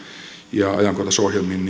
ja ajankohtaisohjelmiin